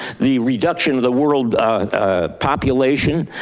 the reduction of the world population,